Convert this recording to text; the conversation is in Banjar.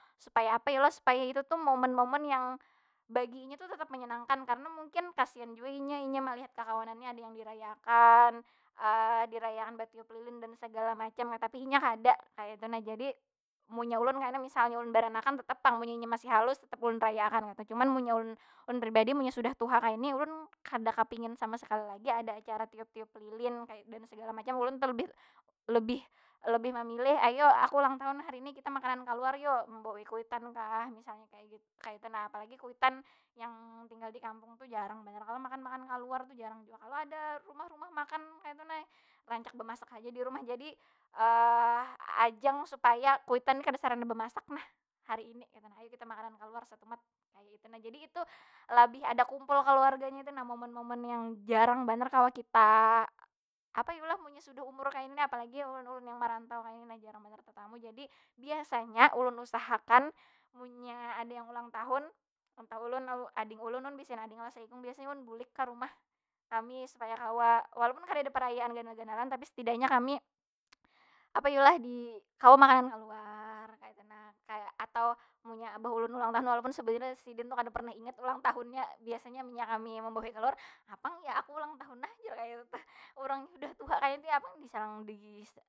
Supaya apa yu lah? Supaya, itu tu momen- momen yang bagi inya tu tetap menyenangkan. Karena mungkin kasian jua inya, inya malihat kakawanannya ada yang diraya akan. diraya akan batiup lilin dan segala macamnya, tapi inya kada, kaytu nah. Jadi, munnya ulun kena ulun baranakan tetap pang munnya inya masih halus, tetap ulun raya akan, kaytu. Cuman, munnya ulun- ulun pribadi munnya sudah tuha kayni, ulun kada kapingin sama sakali lagi ada acara tiup- tiup lilin, dan segala macam. Ulun telebih- lebih- lebih memilih, ayo aku ulang tahun nah hari ni, kita makanan kaluar yo. Membawai kuitan kah, misalnya kaytu nah. Apalagi kuitan yang tinggal di kampung tu jarang banar kalo makan makanan kaluar tu, jarang jua kalo ada rumah- rumah makan kaytu nah. Rancak bemasak haja di rumah. Jadi, ajang supaya kuitan ni kada sarana bemasak nah, hari ini. Ayu kita makanan kaluar satumat, kaya itu nah. Jadi itu, labih ada kumpul kaluarganya tu nah. Momen- momen yang jarang banar kawa kita, apa yu lah munnya sudah umur kaya ini ni. Apalagi ulun- ulun yang marantau kaini nah, jarang banar tetamu. Jadi, biasanya ulun usahakan munnya ada yang ulang tahun, entah ulun, lalu ading ulun. Ulun baisi ading lo saikung, biasanya ulun bulik ka rumah kami. Supaya kawa, walaupun kadeda perayaan ganal- ganalan. Tapi setidaknya kami, apa yu lah? Di, kawa makanan kaluar kaytu nah. Kaya, atau munnya abah ulun ulang tahun, walaupun sebujurnya sidin tu kada pernah ingat ulang tahunnya. Biasanya munnya kami membawai kaluar, napang ya aku ulang tahun nah? Jar kaytu teh. Urang udah tuha kaini.